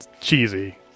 cheesy